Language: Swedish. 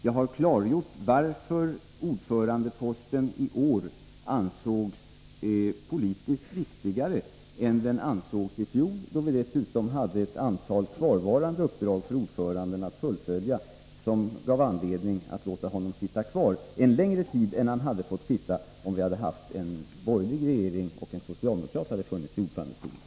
Jag har klargjort varför ordförandeposten i år ansågs vara politiskt viktigare än den ansågs vara i fjol, då ordföranden dessutom hade ett antal kvarvarande uppdrag att fullfölja, något som gav oss anledning att låta honom sitta kvar en längre tid än han hade fått sitta om vi hade haft en borgerlig regering och en socialdemokrat hade suttit i ordförandestolen.